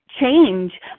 change